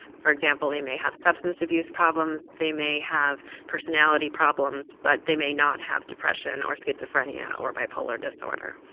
for example they may have substance abuse problems, they may have personality problems, but they may not have depression or schizophrenia or bipolar disorder.